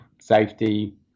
safety